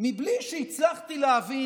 מבלי שהצלחתי להבין,